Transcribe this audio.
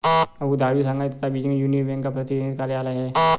Abu Dhabi, Shanghai तथा Beijing में Union Bank का प्रतिनिधि कार्यालय है?